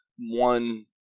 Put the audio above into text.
one